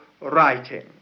writing